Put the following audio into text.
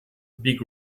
big